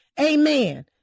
Amen